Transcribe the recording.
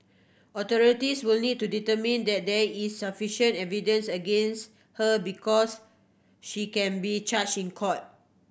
authorities will need to determine that there is sufficient evidence against her because she can be charged in court